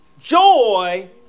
joy